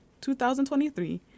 2023